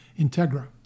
integra